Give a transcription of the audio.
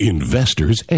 Investor's